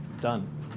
Done